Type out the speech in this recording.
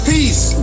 Peace